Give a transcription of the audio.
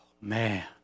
Man